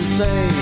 say